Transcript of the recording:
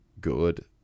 good